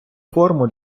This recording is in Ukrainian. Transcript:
форму